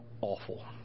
awful